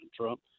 Trump